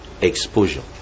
Exposure